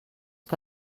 que